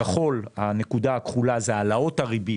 הנקודה הכחולה זה העלאות הריבית